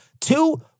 two